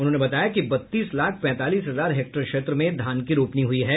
उन्होंने बताया कि बत्तीस लाख पैंतालीस हजार हेक्टेयर क्षेत्र में धान की रोपनी हुई है